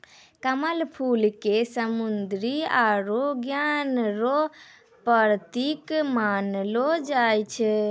कमल फूल के समृद्धि आरु ज्ञान रो प्रतिक मानलो जाय छै